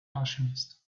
alchemist